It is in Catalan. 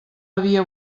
havia